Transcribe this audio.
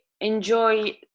enjoy